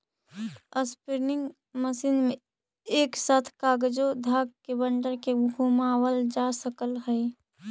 spinning machine में एक साथ कएगो धाग के बंडल के घुमावाल जा सकऽ हई